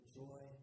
joy